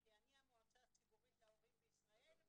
כי אני המועצה הציבורית להורים בישראל --- אז את